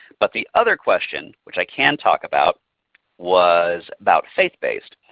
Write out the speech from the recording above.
but the other question which i can talk about was about faith-based.